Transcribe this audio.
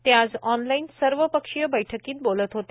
ते आज ऑनलाईन सर्वपक्षीय बैठकीत बोलत होते